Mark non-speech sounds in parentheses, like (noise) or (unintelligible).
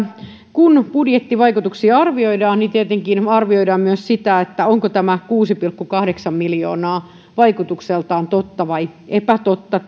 kun budjettivaikutuksia arvioidaan niin tietenkin arvioidaan myös sitä onko tämä kuusi pilkku kahdeksan miljoonaa vaikutukseltaan totta vai epätotta (unintelligible)